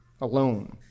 alone